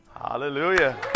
Hallelujah